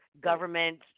Government